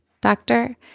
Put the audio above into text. doctor